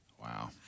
Wow